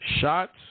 Shots